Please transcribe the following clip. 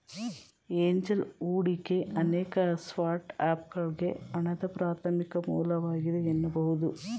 angel ಹೂಡಿಕೆ ಅನೇಕ ಸ್ಟಾರ್ಟ್ಅಪ್ಗಳ್ಗೆ ಹಣದ ಪ್ರಾಥಮಿಕ ಮೂಲವಾಗಿದೆ ಎನ್ನಬಹುದು